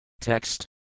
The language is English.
Text